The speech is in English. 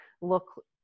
look